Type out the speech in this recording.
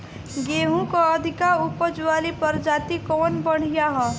गेहूँ क अधिक ऊपज वाली प्रजाति कवन बढ़ियां ह?